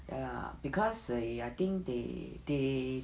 ya lah because they I think they they